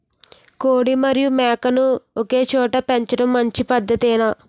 కోడి మరియు మేక ను ఒకేచోట పెంచడం మంచి పద్ధతేనా?